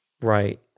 Right